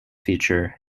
feature